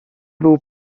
był